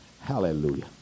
Hallelujah